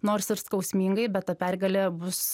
nors ir skausmingai bet ta pergalė bus